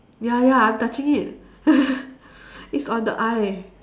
ya ya I'm touching it it's on the I